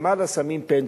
למעלה שמים פנטהאוז.